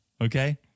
okay